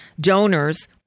donors